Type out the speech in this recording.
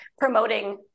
promoting